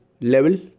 level